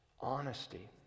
Honesty